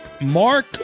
Mark